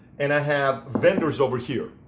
and i have vendors over here.